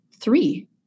three